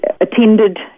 attended